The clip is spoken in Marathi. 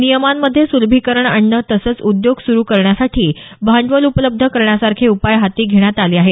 नियमांमधे सुलभीकरण आणणं तसंच उद्योग सुरु करण्यासाठी भांडवल उपलब्ध करण्यासारखे उपाय हाती घेण्यात आले आहेत